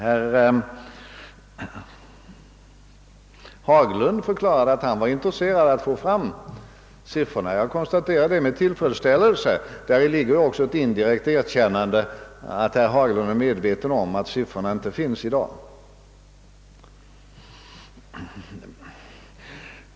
Herr Haglund förklarade att han var intresserad av att få fram siffrorna, och jag konstaterar det med tillfredsställelse. Däri ligger också ett indirekt erkännande av att herr Haglund är medveten om att siffrorna inte finns uträknade i dag.